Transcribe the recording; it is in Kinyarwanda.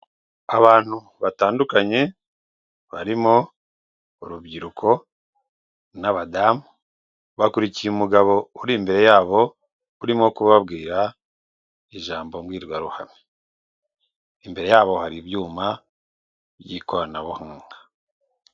Abantu batandukanye barimo urubyiruko n'abadamu, bakurikiye umugabo uri imbere yabo urimo kubabwira ijambo mbwirwaruhame, imbere yabo hari ibyuma by'ikoranabuhanga.